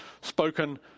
spoken